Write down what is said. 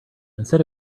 instead